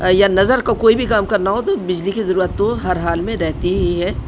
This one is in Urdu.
یا نظر کا کوئی بھی کام کرنا ہو تو بجلی کی ضرورت تو ہر حال میں رہتی ہی ہے